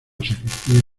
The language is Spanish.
sacristía